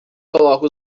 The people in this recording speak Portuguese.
coloca